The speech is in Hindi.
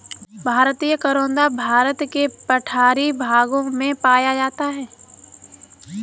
भारतीय करोंदा भारत के पठारी भागों में पाया जाता है